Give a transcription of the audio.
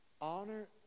Honor